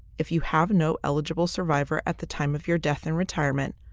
if you have no eligible survivor at the time of your death in retirement,